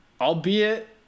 albeit